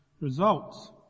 results